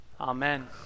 Amen